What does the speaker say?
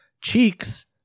Cheeks